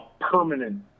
permanent